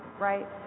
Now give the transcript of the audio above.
right